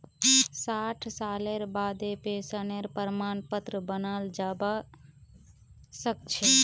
साठ सालेर बादें पेंशनेर प्रमाण पत्र बनाल जाबा सखछे